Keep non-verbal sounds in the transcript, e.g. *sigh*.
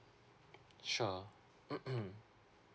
sure *noise*